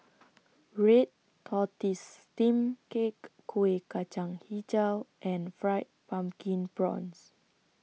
Red Tortoise Steamed Cake Kueh Kacang Hijau and Fried Pumpkin Prawns